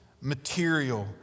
material